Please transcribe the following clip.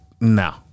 no